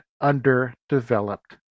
underdeveloped